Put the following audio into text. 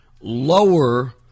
lower